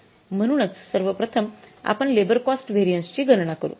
म्हणूनच सर्वप्रथम आपण लेबर कॉस्ट व्हेरिएन्स ची गणना करू